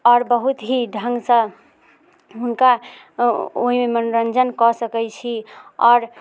आओर बहुत ही ढङ्गसँ हुनका ओइमे मनोरञ्जन कऽ सकै छी आओर